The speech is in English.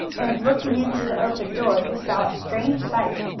and, looking in through the open door they saw a strange sight.